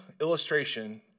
illustration